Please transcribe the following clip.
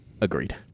Agreed